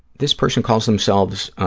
this person calls themselves,